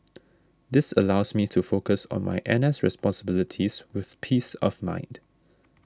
this allows me to focus on my N S responsibilities with peace of mind